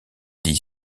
dit